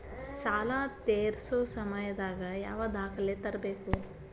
ಸಾಲಾ ತೇರ್ಸೋ ಸಮಯದಾಗ ಯಾವ ದಾಖಲೆ ತರ್ಬೇಕು?